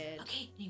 okay